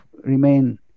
remain